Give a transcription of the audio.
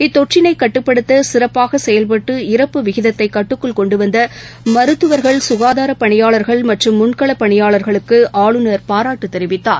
இத்தொற்றினைகட்டுப்படுத்தசிறப்பாகசெயல்பட்டு இறப்பு விகிதத்தைகட்டுக்குள் கொண்டுவந்தமருத்துவர்கள் சுகாதாரபணியாளர்கள் மற்றும் முன்களப் பணியாளர்களுக்குஆளுநர் பாராட்டுதெரிவித்தார்